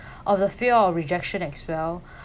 of the fear of rejection as well